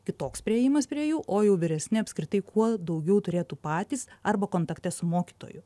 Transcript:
kitoks priėjimas prie jų o jau vyresni apskritai kuo daugiau turėtų patys arba kontakte su mokytoju